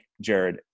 Jared